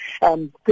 good